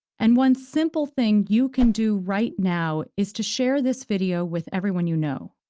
and one simple thing you can do right now is to share this video with everyone you know.